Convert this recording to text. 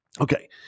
Okay